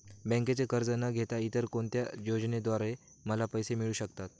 बँकेचे कर्ज न घेता इतर कोणत्या योजनांद्वारे मला पैसे मिळू शकतात?